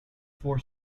four